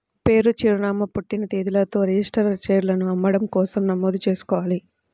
పేరు, చిరునామా, పుట్టిన తేదీలతో రిజిస్టర్డ్ షేర్లను అమ్మడం కోసం నమోదు చేసుకోవాలి